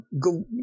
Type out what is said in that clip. go